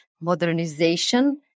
modernization